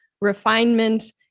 refinement